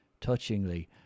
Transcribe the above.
Touchingly